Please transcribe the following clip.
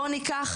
בואו ניקח